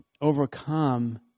overcome